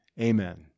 Amen